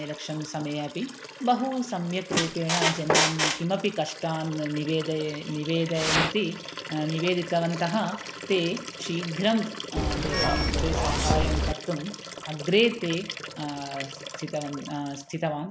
election समये अपि बहु सम्यक् रूपेण जनान् किमपि कष्टान् निवेदयन्ति निवेदयन्ति निवेदितवन्तः ते शीघ्रं तेषां कृते साहायं कर्तुम् अग्रे ते स्थितवान् स्थितवान्